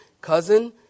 cousin